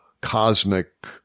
cosmic